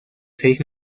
seis